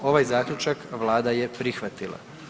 Ovaj zaključak vlada je prihvatila.